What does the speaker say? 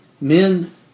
Men